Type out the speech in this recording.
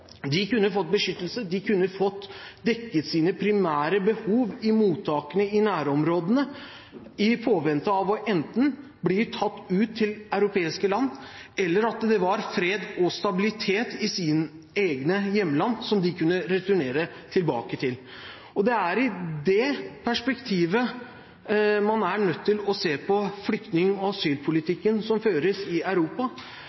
De kunne fått beskyttelse, de kunne fått dekket sine primære behov i mottakene i nærområdene, i påvente av enten å bli tatt ut til europeiske land, eller at det har blitt fred og stabilitet i deres egne hjemland, som de da kan returnere tilbake til. Det er i det perspektivet man er nødt til å se på flyktning- og